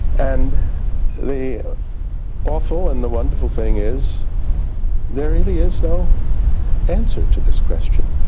and the awful and the wonderful thing is there really is no answer to this question.